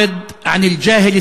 (אומר בערבית: התרחק מהבוּר הכסיל,